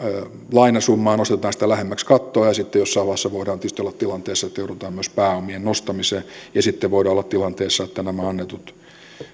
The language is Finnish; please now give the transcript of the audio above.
lainasummaa nostetaan sitä lähemmäksi kattoa ja sitten jossain vaiheessa voidaan tietysti olla tilanteessa että joudutaan myös pääomien nostamiseen ja sitten voidaan olla tilanteessa että nämä annetut